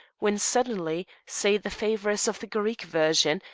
when suddenly, say the favourers of the greek version,